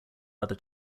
other